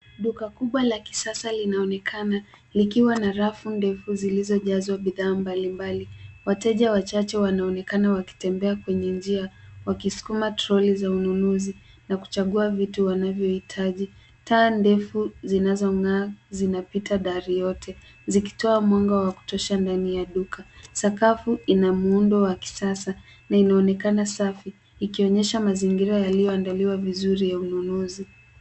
Duka kubwa la kisasa linaonekana likiwa na rafu ndefu zilizojazwa bidhaa mbalimbali. Wateja wachache wanaonekana wakitembea kwenye njia wakisukuma toroli za ununuzi na kuchagua vitu wanavyohitaji. Taa ndefu zinazong'aa zinapita dari yote, zikitoa mwanga wa kutosha ndani ya duka. Sakafu ina muundo wa kisasa na inaonekana safi, ikionyesha mazingira yaliyoandaliwa vizuri ya ununuzi.